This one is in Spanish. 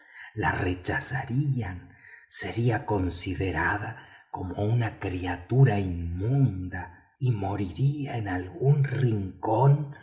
la rechazarían sería considerada como una criatura inmunda y moriría en algún rincón